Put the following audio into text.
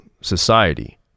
society